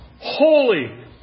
holy